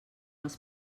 els